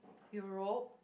Europe